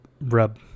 rub